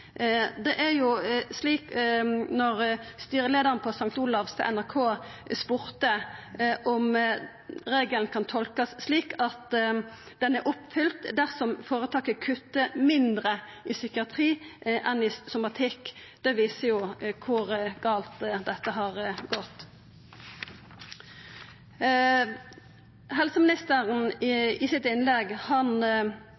den har jo vore innført i tre år, men har ikkje verka i tre år. Og når styreleiaren på St. Olavs Hospital til NRK spør om regelen kan tolkast slik at den er oppfylt dersom føretaket kuttar mindre i psykiatrien enn i somatikken, så viser det kor gale dette har gått. Helseministeren